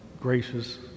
gracious